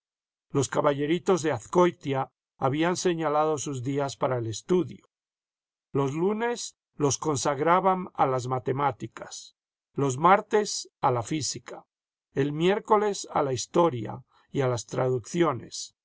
los caballeritos de azcoitia habían señalado sus días para el estudio los lunes los consagraban a las matemáticas los martes a la física el miércoles a la historia y a las traducciones